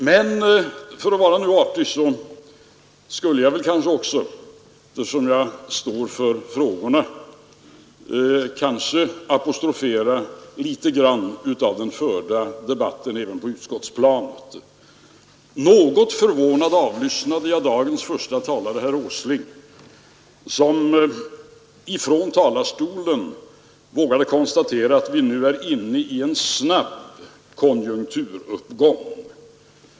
Men för att nu vara artig skulle jag väl också, eftersom jag står för frågorna, kanske apostrofera litet grand av den förda debatten även på utskottsplanet. Något förvånad avlyssnade jag dagens förste talare, herr Åsling, som i talarstolen vågade konstatera att vi nu var inne i en snabb konjunkturuppgång.